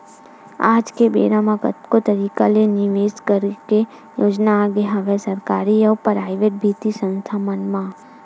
आज के बेरा म कतको तरिका ले निवेस करे के योजना आगे हवय सरकारी अउ पराइेवट बित्तीय संस्था मन म